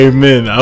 Amen